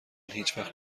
هیچوقت